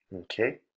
Okay